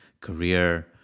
career